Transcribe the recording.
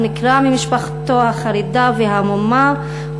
והוא נקרע ממשפחתו החרדה וההמומה.